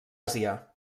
àsia